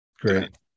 Great